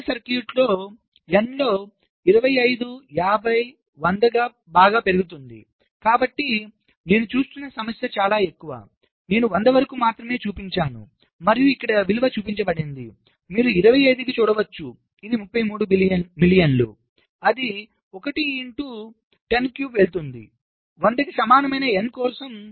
practical circuit N లో N 25 50 100 బాగా పెరుగుతుంది కాబట్టి నేను చూస్తున్న సమస్య చాలా ఎక్కువ నేను 100 వరకు మాత్రమే చూపించాను మరియు ఇక్కడ విలువచూపబడింది మీరు 25 కి చూడవచ్చు ఇది 33 మిలియన్లు అది వెళుతుంది100 కి సమానమైన N కోసం